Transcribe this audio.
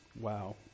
wow